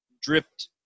dripped